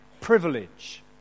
privilege